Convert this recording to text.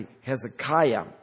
Hezekiah